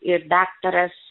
ir daktaras